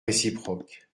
réciproque